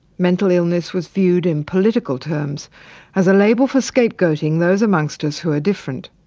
mental illness was viewed in political terms as a label for scapegoating those amongst us who are different.